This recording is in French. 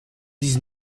dix